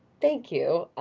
thank you